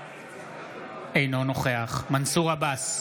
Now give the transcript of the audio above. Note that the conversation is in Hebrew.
אינו נוכח מנסור עבאס,